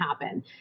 happen